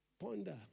Ponder